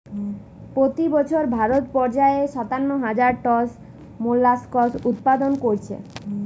পোতি বছর ভারত পর্যায়ে সাতান্ন হাজার টন মোল্লাসকস উৎপাদন কোরছে